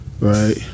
right